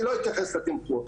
אני לא אתייחס לתמחור.